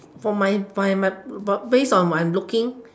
for my my my based on what I'm looking